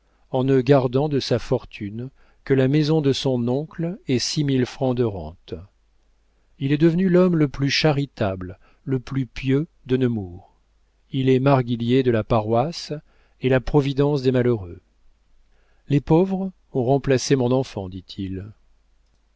en ne gardant de sa fortune que la maison de son oncle et six mille francs de rente il est devenu l'homme le plus charitable le plus pieux de nemours il est marguillier de la paroisse et la providence des malheureux les pauvres ont remplacé mon enfant dit-il